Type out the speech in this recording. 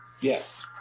Yes